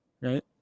right